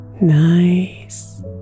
Nice